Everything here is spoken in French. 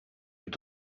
eût